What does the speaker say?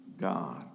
God